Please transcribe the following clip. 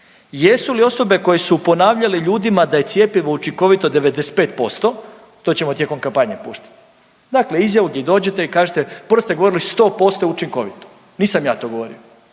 Jesu li osobe koje su ponavljale ljudima da je cjepivo učinkovito 95%, to ćemo tijekom kampanje puštati, dakle izjavu di dođete, prvo ste govorili, 100% je učinkovito, nisam ja to govorio,